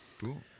Cool